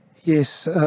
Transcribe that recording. Yes